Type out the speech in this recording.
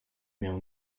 miał